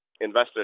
investors